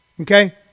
Okay